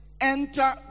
enter